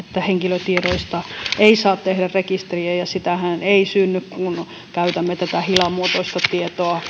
henkilötiedoista ei saa tehdä rekisteriä sitähän ei synny kun käytämme tätä hilamuotoista tietoa